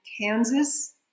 Kansas